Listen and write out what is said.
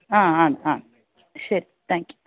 ആ ആണ് ആണ് ശരി താങ്ക് യു